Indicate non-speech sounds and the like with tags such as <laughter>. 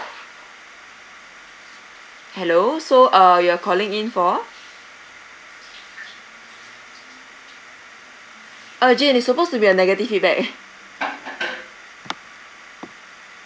hello so uh you are calling in for uh jane it's supposed to be a negative feedback eh <laughs>